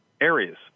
areas